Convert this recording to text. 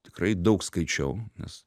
tikrai daug skaičiau nes